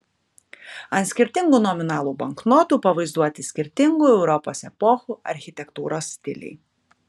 ant skirtingų nominalų banknotų pavaizduoti skirtingų europos epochų architektūros stiliai